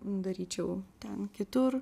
daryčiau ten kitur